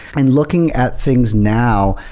and looking at things now,